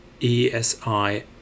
ESI